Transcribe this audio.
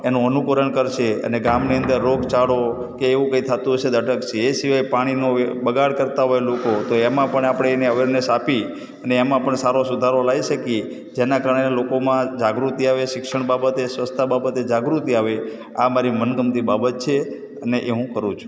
એનું અનુકરણ કરશે અને ગામની અંદર રોગચાળો કે એવું કંઈ થતું હશે તો અટકશે એ સિવાય પાણીનો વ્ય બગાડ કરતા હોય લોકો તો એમાં પણ આપણે એને અવૅરનેસ આપી અને એમાં પણ સારો સુધારો લાવી શકીએ જેના કારણે લોકોમાં જાગૃતિ આવે શિક્ષણ બાબતે સ્વચ્છતા બાબતે જાગૃતિ આવે આ મારી મનગમતી બાબત છે અને એ હું કરું છું